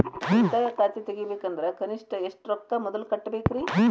ಉಳಿತಾಯ ಖಾತೆ ತೆಗಿಬೇಕಂದ್ರ ಕನಿಷ್ಟ ಎಷ್ಟು ರೊಕ್ಕ ಮೊದಲ ಕಟ್ಟಬೇಕ್ರಿ?